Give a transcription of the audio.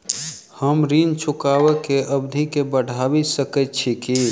हम ऋण चुकाबै केँ अवधि केँ बढ़ाबी सकैत छी की?